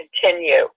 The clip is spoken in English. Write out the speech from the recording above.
continue